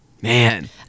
Man